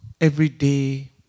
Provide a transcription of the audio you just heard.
everyday